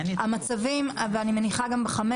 אני מניחה שב-5,